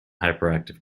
hyperactive